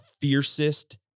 fiercest